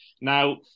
Now